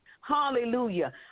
Hallelujah